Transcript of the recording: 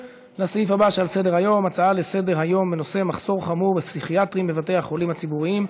תשעה תומכים, אין מתנגדים, אין נמנעים.